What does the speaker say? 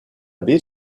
baie